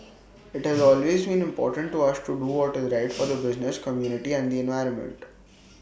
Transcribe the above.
IT has always been important to us to do what is right for the business community and the environment